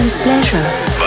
Pleasure